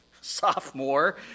sophomore